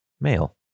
male